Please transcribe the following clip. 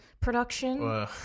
production